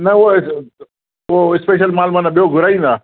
न हुअ उहो स्पेशल मालु माना ॿियो घुराईंदा